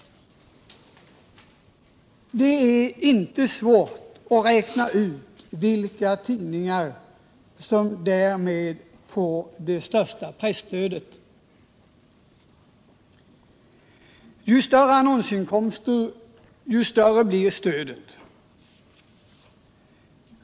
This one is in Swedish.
Det är alltså inte svårt att räkna ut vilka tidningar som därmed får det största presstödet. Ju större annonsinkomsterna är, desto större blir också stödet.